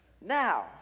now